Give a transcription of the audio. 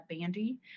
Bandy